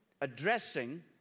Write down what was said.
addressing